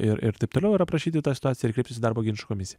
ir ir taip toliau ir aprašyti tą situaciją ir kreiptis į darbo ginčų komisiją